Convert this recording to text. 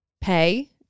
pay